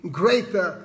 greater